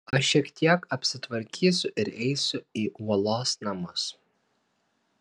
aš šiek tiek apsitvarkysiu ir eisiu į uolos namus